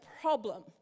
problem